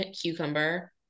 cucumber